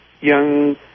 young